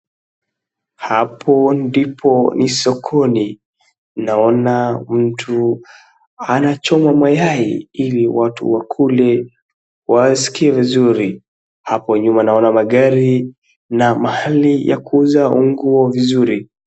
Hapo ndipo ni sokoni, naona mtu anachoma mayai ili watu wakule wasikie vizuri. Hapo nyuma naona magari na mahali ya kuuza nguo vizuri.